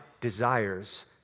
desires